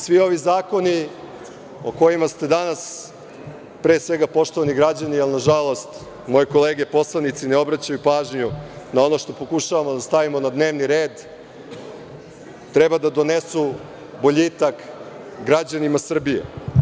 Svi ovi zakoni o kojima ste danas, pre svega poštovani građani, ali, nažalost, moje kolege poslanici ne obraćaju pažnju na ono što pokušavamo da stavimo na dnevni red, treba da donesu boljitak građanima Srbije.